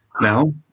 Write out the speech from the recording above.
now